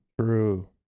true